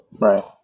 right